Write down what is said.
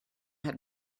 had